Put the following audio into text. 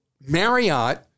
Marriott